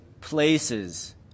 places